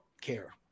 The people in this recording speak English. care